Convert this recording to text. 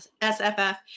SFF